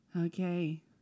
Okay